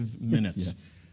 minutes